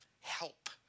help